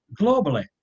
globally